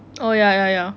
oh ya ya ya